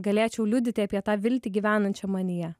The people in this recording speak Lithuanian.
galėčiau liudyti apie tą viltį gyvenančią manyje